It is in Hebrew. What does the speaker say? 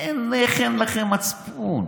איך אין לכם מצפון?